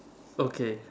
okay